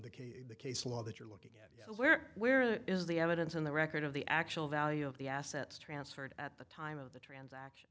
case the case law that you're looking at where where is the evidence in the record of the actual value of the assets transferred at the time of the transaction